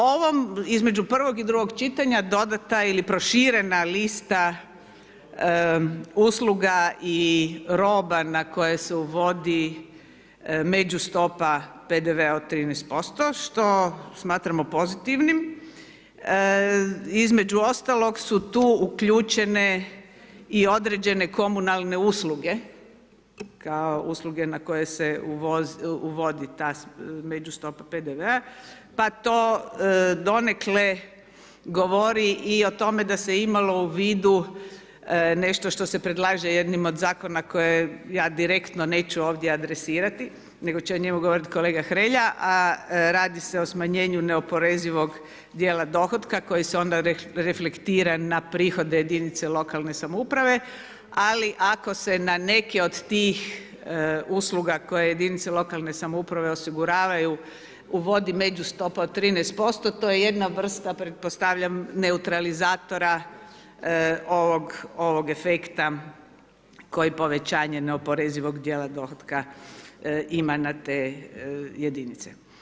Ovom između prvog i drugog čitanja dodata ili proširena lista usluga i roba na koje su uvodi među stopa PDV-a od 13% što smatramo pozitivnim, između ostalog su tu uključene i određene komunalne usluge kao usluge na koje se uvodi ta među stopa PDV-a pa to donekle govori i o tome da se imalo u vidu nešto što se predlaže jednim od zakona koje ja direktno neću ovdje adresirati nego ću o njemu govoriti kolega Hrelja a radi se o smanjenju neoporezivog djela dohotka koji se onda reflektira na prihode jedinica lokalne samouprave ali ako se na neke od tih usluga koje jedinice lokalne samouprave osiguravaju uvodi među stopa od 13% to je jedna vrsta pretpostavljam neutralizatora ovog efekta koji povećanje neoporezivog dijela dohotka ima na te jedinice.